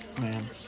Man